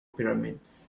pyramids